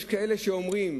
יש כאלה שאומרים